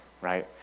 right